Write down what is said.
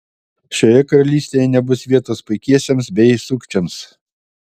šioje karalystėje nebus vietos paikiesiems bei sukčiams